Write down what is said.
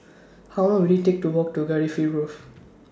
How Long Will IT Take to Walk to Cardifi Grove